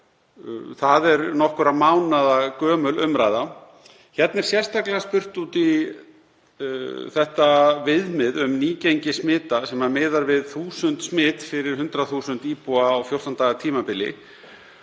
það er nokkurra mánaða gömul umræða. Hérna er sérstaklega spurt út í viðmið um nýgengi smita sem miðar við 1.000 smit fyrir 100.000 íbúa á 14 daga tímabili.